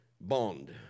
bond